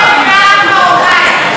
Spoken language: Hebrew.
אני מבינה רק מרוקאית.